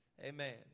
Amen